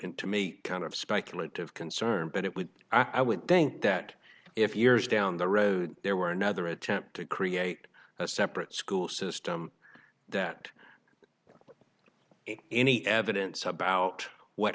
me kind of speculative concern but it would i would think that if years down the road there were another attempt to create a separate school system that any evidence about what